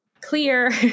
clear